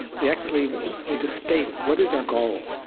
we actually need to state what is our goal.